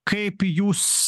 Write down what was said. kaip jūs